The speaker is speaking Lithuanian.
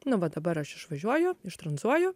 nu va dabar aš išvažiuoju ištranzuoju